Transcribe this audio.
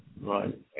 Right